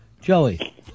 Joey